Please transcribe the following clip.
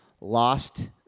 lost